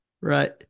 Right